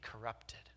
corrupted